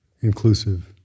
inclusive